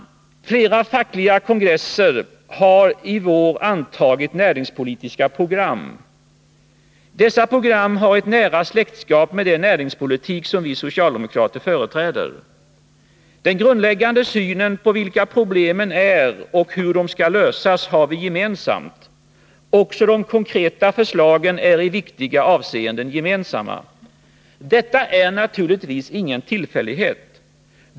Flera fackliga kongresser har i vår antagit näringspolitiska program. Dessa program har ett nära släktskap med den näringspolitik som vi socialdemokrater företräder. Den grundläggande synen på vilka problemen är och hur de skall lösas har vi gemensam. Också de konkreta förslagen är i viktiga avseenden gemensamma. Detta är naturligtvis ingen tillfällighet.